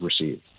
received